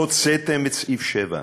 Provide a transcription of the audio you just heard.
הוצאתם את סעיף 7,